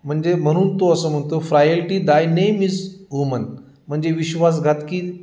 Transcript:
म्हणजे म्हणून तो असं म्हणतो frailty thy name is human म्हणजे विश्वास घातकी